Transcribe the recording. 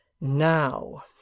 Now